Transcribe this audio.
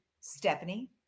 Stephanie